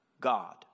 God